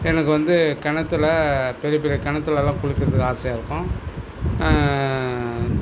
எனக்கு வந்து கிணத்துல பெரிய பெரிய கிணத்துலலாம் குளிக்கிறதுக்கு ஆசையாக இருக்கும்